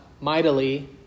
mightily